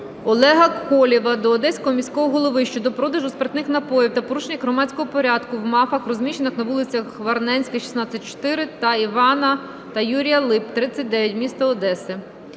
Олега Колєва до Одеського міського голови щодо продажу спиртних напоїв та порушення громадського порядку в МАФах, розміщених на вулицях Варненська, 16/4 та Івана та Юрія Лип, 39, міста Одеси.